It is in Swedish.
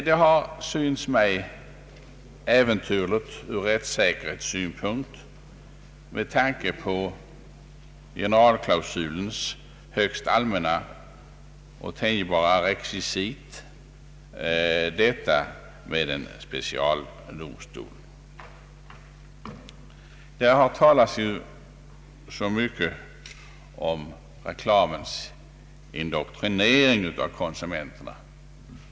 Det har från rättssäkerhetssynpunkt synts mig äventyrligt med tanke på generalklausulens högst allmänna och tänjbara rekvisit att för ändamålet inrätta en specialdomstol. Det talas så mycket om reklamens indoktrinering av konsumenterna.